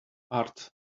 art